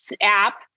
app